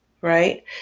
right